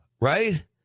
right